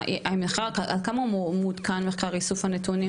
כמה מעודכן המחקר של איסוף הנתונים?